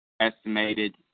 estimated